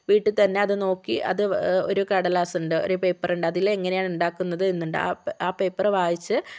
വീട്ടിൽത്തന്നെ അത് നോക്കി അത് ഒരു കടലാസുണ്ട് ഒരു പേപ്പറുണ്ട് അതിൽ എങ്ങനെയാണ് ഉണ്ടാക്കുന്നത് എന്നുണ്ട് ആ പേപ്പർ വായിച്ച്